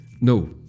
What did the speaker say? No